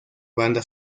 banda